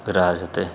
विराजते